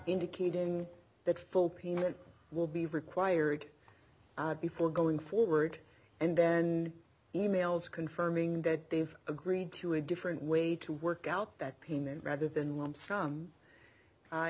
indicating that full payment will be required before going forward and then e mails confirming that they've agreed to a different way to work out that payment rather than lump sum